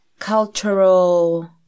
cultural